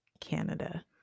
Canada